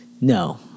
No